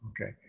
Okay